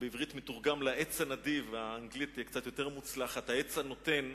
ובעברית מתורגם ל"העץ הנדיב"; השם באנגלית מוצלח קצת יותר: "העץ הנותן".